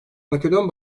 makedon